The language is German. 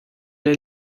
der